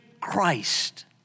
Christ